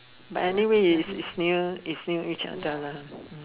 but anyway it's it's near it's near each other lah